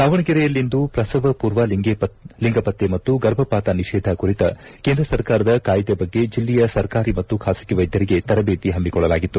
ದಾವಣಗೆರೆಯಲ್ಲಿಂದು ಪ್ರಸವ ಪೂರ್ವ ಲಿಂಗ ಪತ್ತೆ ಮತ್ತು ಗರ್ಭಪಾತ ನಿಷೇಧ ಕುರಿತ ಕೇಂದ್ರ ಸರ್ಕಾರದ ಕಾಯಿದೆ ಬಗ್ಗೆ ಜಿಲ್ಲೆಯ ಸರ್ಕಾರಿ ಮತ್ತು ಖಾಸಗಿ ವೈದ್ಯರಿಗೆ ತರಬೇತಿ ಹಮ್ಮಿಕೊಳ್ಳಲಾಗಿತ್ತು